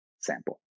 sample